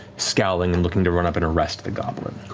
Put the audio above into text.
scowling and looking to run up and arrest the goblin.